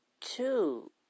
two